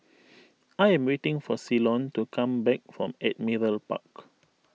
I am waiting for Ceylon to come back from Admiralty Park